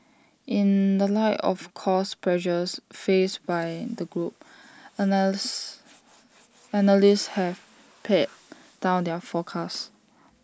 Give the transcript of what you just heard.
in the light of cost pressures faced by the group analysts have pared down their forecasts